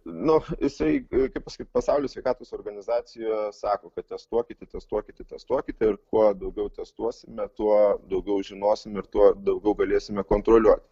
nu jisai kaip pasakyt pasaulio sveikatos organizacija sako kad testuokite testuokite testuokite ir kuo daugiau testuosime tuo daugiau žinosim ir tuo daugiau galėsime kontroliuot